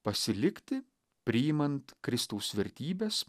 pasilikti priimant kristaus vertybes